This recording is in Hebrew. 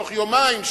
בתוך יומיים,